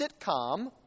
sitcom